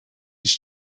his